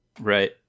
Right